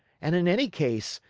and in any case,